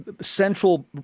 central